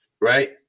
right